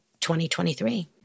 2023